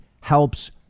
helps